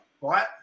right